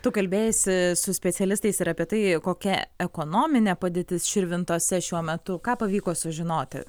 tu kalbėjaisi su specialistais ir apie tai kokia ekonominė padėtis širvintose šiuo metu ką pavyko sužinoti